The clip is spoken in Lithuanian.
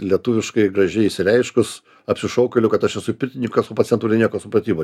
lietuviškai gražiai išsireiškus apsišaukėlių kad aš esu pirtininkas o pats neturi nė jokio supratimo